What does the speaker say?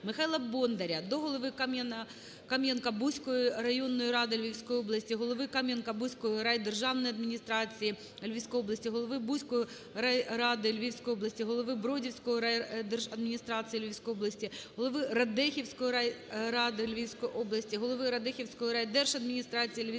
Михайла Бондаря до голови Кам'янка-Бузької районної ради Львівської області, голови Кам'янка-Бузькоїрайдержавної адміністрації Львівської області, голови Бузької райради Львівської області, голови Бродівської райдержадміністрації Львівської області, голови Радехівської райради Львівської області, голови Радехівської райдержадміністрації Львівської області,